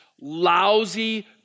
lousy